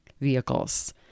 vehicles